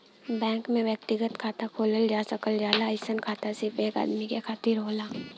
bank में व्यक्तिगत खाता खोलल जा सकल जाला अइसन खाता सिर्फ एक आदमी के खातिर होला